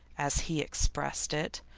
as he expressed it,